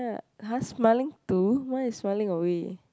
hah smiling to why is smiling away